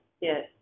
Yes